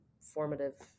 formative